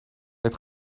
het